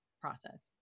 process